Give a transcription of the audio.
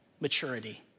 maturity